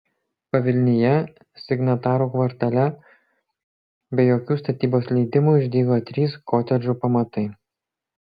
pavilnyje signatarų kvartale be jokių statybos leidimų išdygo trys kotedžų pamatai